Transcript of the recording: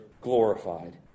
glorified